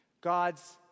God's